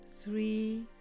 three